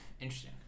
Interesting